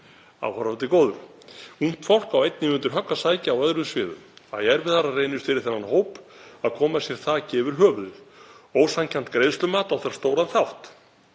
Áhorfandi góður. Ungt fólk á einnig undir högg að sækja á öðrum sviðum. Æ erfiðara reynist fyrir þennan hóp að koma sér þaki yfir höfuðið. Ósanngjarnt greiðslumat á þar stóran þátt.